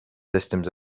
systems